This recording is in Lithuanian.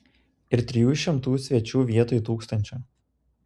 ir trijų šimtų svečių vietoj tūkstančio